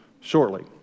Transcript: shortly